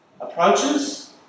approaches